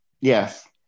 Yes